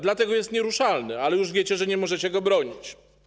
Dlatego jest nieruszalny ale już wiecie, że nie możecie go bronić.